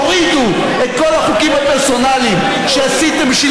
תורידו את כל החוקים הפרסונליים שעשיתם בשביל